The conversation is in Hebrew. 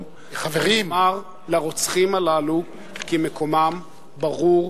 ולומר לרוצחים הללו כי מקומם ברור,